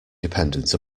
dependent